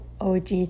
OG